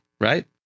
Right